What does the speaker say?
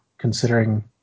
considering